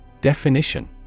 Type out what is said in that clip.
Definition